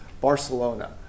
Barcelona